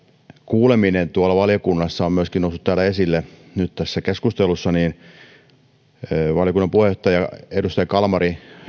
kuuleminen tuolla valiokunnassa on myöskin noussut esille nyt täällä tässä keskustelussa valiokunnan puheenjohtaja edustaja kalmari